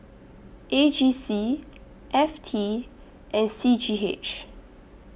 A G C F T and C G H